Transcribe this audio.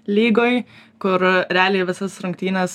lygoj kur realiai visas rungtynes